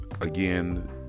again